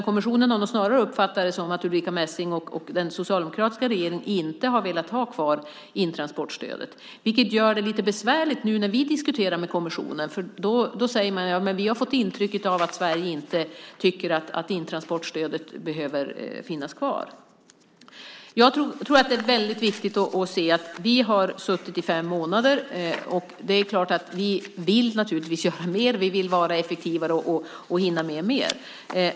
Kommissionen har nog snarare uppfattat det som att Ulrica Messing och den socialdemokratiska regeringen inte har velat ha kvar intransportstödet, vilket gör det lite besvärligt nu när vi diskuterar med kommissionen. Då säger man: Men vi har fått intryck av att Sverige inte tycker att intransportstödet behöver finnas kvar. Jag tror att det är väldigt viktigt att se att vi har suttit i fem månader. Det är klart att vi vill göra mer. Vi vill vara effektivare och hinna med mer.